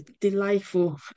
delightful